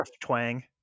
twang